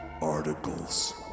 articles